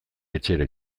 etxera